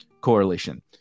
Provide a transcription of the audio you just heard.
correlation